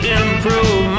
improve